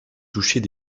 touchait